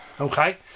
okay